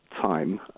time